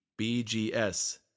BGS